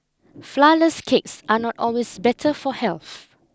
flourless cakes are not always better for health